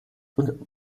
und